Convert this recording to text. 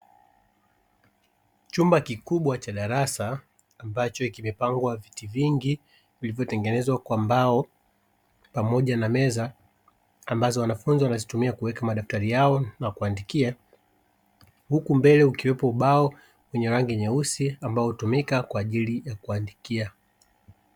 Chumba kikubwa cha darasa ambacho kimepangwa viti vingi vilivyotengenezwa kwa mbao pamoja na meza, ambazo wanafunzi wanazitumia kuweka madaftari yao na kuandikia, huku mbele ukiwepo ubao wenye rangi nyeusi ambao hutumika kwa ajili ya kuandikia.